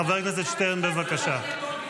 חבר הכנסת שטרן, בבקשה.